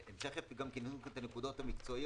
תיכף גם יעלו כאן את הנקודות המקצועיות